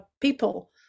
people